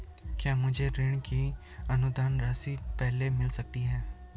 क्या मुझे ऋण की अनुदान राशि पहले मिल सकती है?